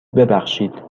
ببخشید